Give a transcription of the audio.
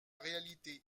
réalité